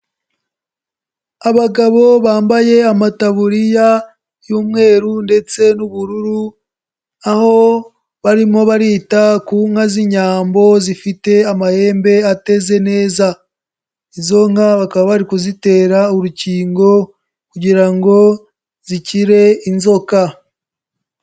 Abagabo bambaye amataburiya y'umweru ndetse n'ubururu aho barimo barita ku nka z'inyambo zifite amahembe ateze neza, izo nka bakaba bari kuzitera urukingo kugira ngo zikire inzoka.